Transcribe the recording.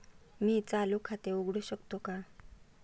मी चालू खाते उघडू शकतो का?